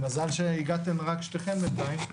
מזל שרק שתיכן הגעתן בינתיים.